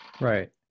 Right